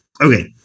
Okay